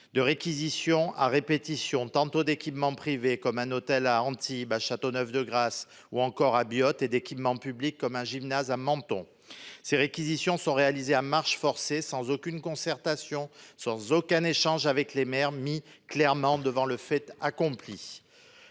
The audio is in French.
de réquisition à répétition d'équipements tantôt privés, comme un hôtel à Antibes, à Châteauneuf-de-Grasse ou encore à Biot, tantôt publics, comme un gymnase à Menton. Ces réquisitions sont réalisées à marche forcée, sans aucune concertation ni aucun échange avec les maires, qui sont clairement mis devant le fait accompli.